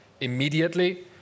immediately